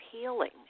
healing